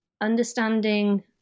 understanding